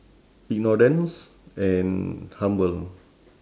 ignorance and humble